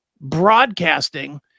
broadcasting